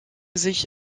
sich